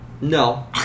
No